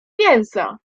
mięsa